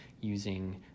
using